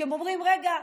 כשהם אומרים: רגע,